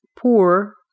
poor